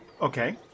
Okay